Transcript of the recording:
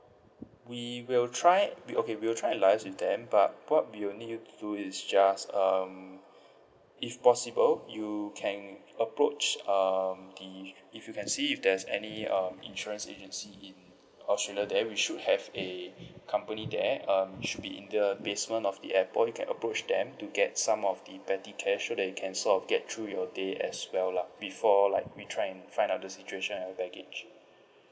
we will try we okay we will try and liaise with them but what we will need you to do is just um if possible you can approach um the if you can see if there's any um insurance agency in australia there we should have a company there um it should be in the basement of the airport you can approach them to get some of the petty cash so that you can sort of get through your day as well lah before like we try and find out the situation of your baggage